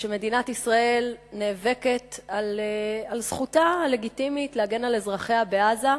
כשמדינת ישראל נאבקת על זכותה הלגיטימית להגן על אזרחיה בעזה,